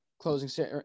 closing